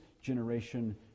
generation